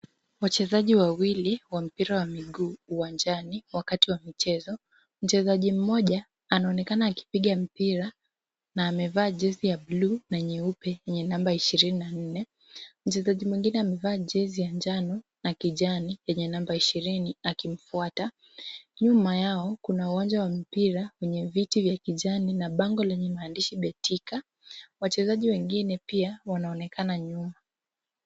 Wachezaji wawili wa mpira wa miguu uwanjani wakati wa michezo. Mchezaji mmoja anaonekana akipiga mpira na amevalia jezi ya bluu na nyeupe ye namba 24. Mchezaji mwingine amevaa jezi ya njano na kijani yenye namba ishirini akimfuata. Nyuma yao kuna uwanja wa mpira wenye viti vya kijani na bango lenye maandishi betika, wachezaji wengine pia wanaonekana nyuma.